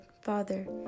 Father